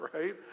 right